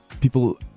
people